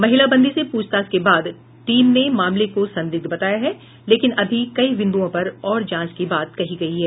महिला बंदी से पूछताछ के बाद टीम ने मामले को संदिग्ध बताया है लेकिन अभी कई बिन्दुओं पर और जांच की बात कही गयी है